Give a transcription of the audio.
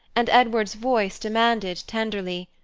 and edward's voice demanded, tenderly,